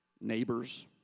Neighbors